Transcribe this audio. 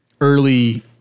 early